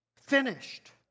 finished